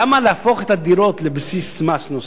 למה להפוך את הדירות לבסיס מס נוסף?